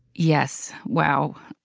yes. wow.